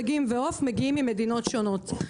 דגים ועוף מגיעים ממדינות שונות.